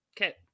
Okay